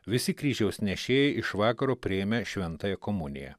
visi kryžiaus nešėjai iš vakaro priėmę šventąją komuniją